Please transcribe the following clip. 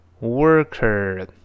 worker